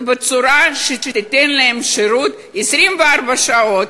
ובצורה שתיתן להם שירות 24 שעות,